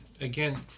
again